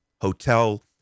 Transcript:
hotel